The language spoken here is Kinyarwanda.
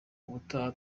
ubutaha